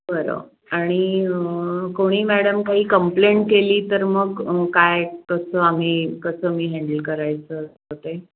बरं आणि कोणी मॅडम काही कम्प्लेंट केली तर मग काय कसं आम्ही कसं मी हँडल करायचं असतं ते